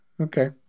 Okay